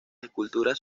esculturas